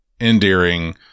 Endearing